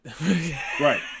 right